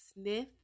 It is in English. sniff